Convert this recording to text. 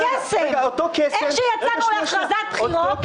רגע אותו קסם --- איך שיצאנו לבחירות,